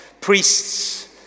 priests